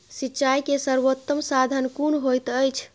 सिंचाई के सर्वोत्तम साधन कुन होएत अछि?